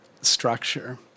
structure